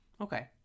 Okay